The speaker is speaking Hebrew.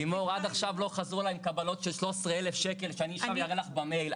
לימור עד עכשיו לא חזרו אלי עם קבלות של 13,000 שקל שאני אראה לך במייל,